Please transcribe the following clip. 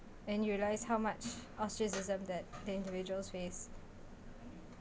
and you realise how much ostracism that the individuals face